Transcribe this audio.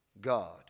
God